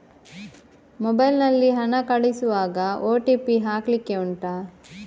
mobile ನಲ್ಲಿ ಹಣ ಕಳಿಸುವಾಗ ಓ.ಟಿ.ಪಿ ಹಾಕ್ಲಿಕ್ಕೆ ಉಂಟಾ